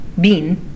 bean